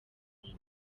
minsi